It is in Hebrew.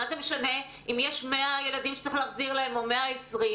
מה זה משנה אם יש 100 ילדים שצריך להחזיר להם או 120?